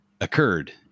occurred